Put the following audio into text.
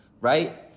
right